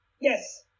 Yes